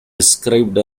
described